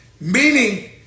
meaning